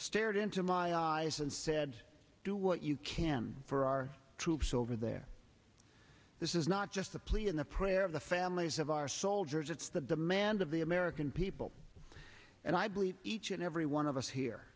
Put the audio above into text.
stared into my eyes and said do what you can for our troops over there this is not just a plea in the prayer of the families of our soldiers it's the demand of the american people and i greet each and every one of us here